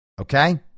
Okay